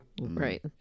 Right